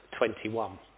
21